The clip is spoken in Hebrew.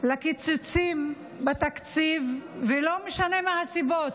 לקיצוצים בתקציב, ולא משנה מה הסיבות,